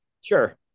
Sure